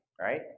right